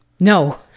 No